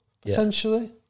potentially